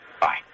Bye